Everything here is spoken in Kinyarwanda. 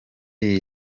iyi